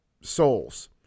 souls